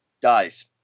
dies